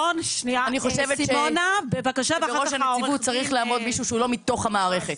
אצל יושב-ראש הנציבות צריך לעמוד מישהו שהוא לא מתוך המערכת.